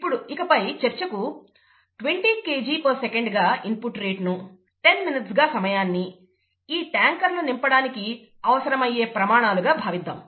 ఇకపై చర్చకు 20 Kgsec గా ఇన్పుట్ రేట్ ను 10 min గా సమయాన్ని ఈ ట్యాంకర్లు నింపడానికి అవసరమయ్యే ప్రమాణాలుగా భావిద్దాం